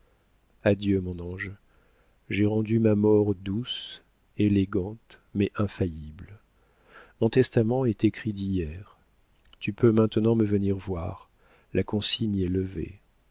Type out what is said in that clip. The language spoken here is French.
adieu mon ange j'ai rendu ma mort douce élégante mais infaillible mon testament est écrit d'hier tu peux maintenant me venir voir la consigne est levée